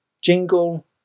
jingle